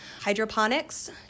hydroponics